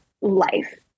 life